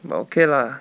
but okay lah